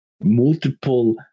multiple